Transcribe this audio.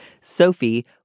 Sophie